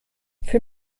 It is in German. für